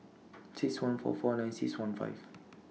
six one four four nine six one five